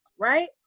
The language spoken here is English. right